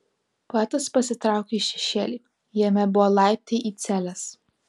poetas pasitraukė į šešėlį jame buvo laiptai į celes